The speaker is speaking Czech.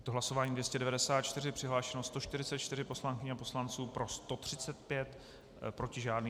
Je to hlasování 294, přihlášeno 144 poslankyň a poslanců, pro 135, proti žádný.